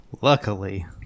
Luckily